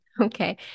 okay